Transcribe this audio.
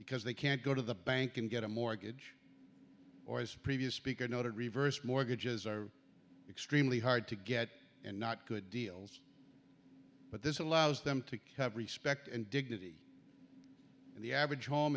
because they can't go to the bank and get a mortgage or as previous speaker noted reverse mortgages are extremely hard to get and not good deals but this allows them to have respect and dignity and the average home